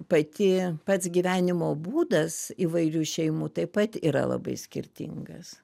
pati pats gyvenimo būdas įvairių šeimų taip pat yra labai skirtingas